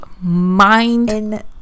mind